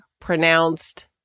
pronounced